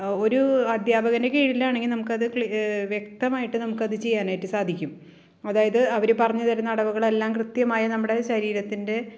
ഒരൂ അധ്യാപകൻ്റെ കീഴിലാണെങ്കിൽ നമുക്ക് അത് വ്യക്തമായിട്ട് നമുക്ക് അത് ചെയ്യാനായിട്ട് സാധിക്കും അതായത് അവർ പറഞ്ഞ് തരുന്ന അടവുകളെല്ലാം കൃത്യമായി നമ്മുടെ ശരീരത്തിൻ്റെ